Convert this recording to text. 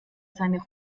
seine